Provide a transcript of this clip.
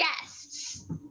guests